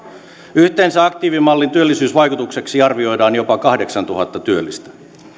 yhteensä aktiivimallin työllisyysvaikutukseksi arvioidaan jopa kahdeksantuhatta työllistä